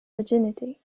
virginity